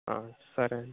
సరే అండి